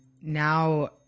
now